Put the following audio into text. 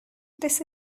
this